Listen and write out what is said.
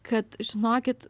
kad žinokit